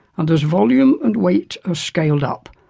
and as volume and weight are scaled up,